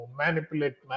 manipulate